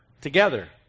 together